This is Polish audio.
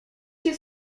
się